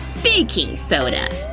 baking soda.